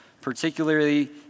particularly